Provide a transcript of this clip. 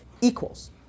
equals